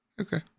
Okay